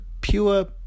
pure